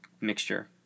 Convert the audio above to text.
mixture